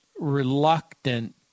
reluctant